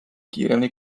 kiiremini